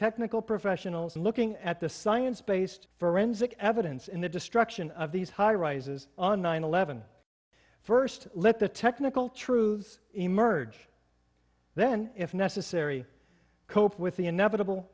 technical professionals looking at the science based forensic evidence in the destruction of these high rises on nine eleven first let the technical truth emerge then if necessary cope with the inevitable